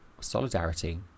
solidarity